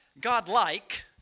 Godlike